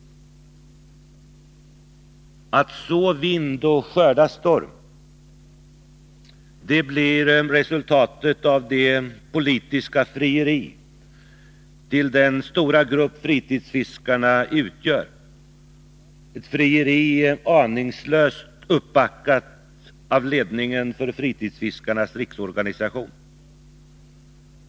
Att så vind och skörda storm — det blir resultatet av det politiska frieriet till den stora grupp fritidsfiskarna utgör, ett frieri som är aningslöst uppbackat av ledningen för Fritidsfiskarnas riksorganisation.